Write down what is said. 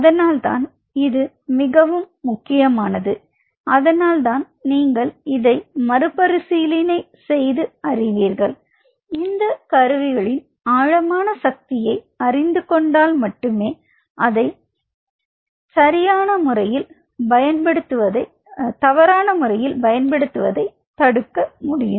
அதனால்தான் இது மிகவும் முக்கியமானது அதனால்தான் நீங்கள் இதை மறுபரிசீலனை செய்து அறிவீர்கள் இந்த கருவிகளின் ஆழமான சக்தியை அறிந்து கொண்டால் மட்டுமே அதை தரன முறையில் பயன்படுத்துவதை தடுக்க முடியும்